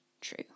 true